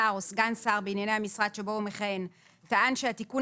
שר או סגן שר בענייני המשרד שבו הוא מכהן טען שהתיקון